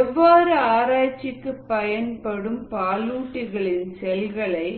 எவ்வாறு ஆராய்ச்சிக்கு பயன்படும் பாலூட்டிகளின் செல்களை